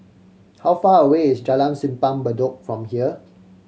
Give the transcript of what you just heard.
how far away is Jalan Simpang Bedok from here